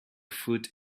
foot